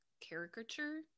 caricature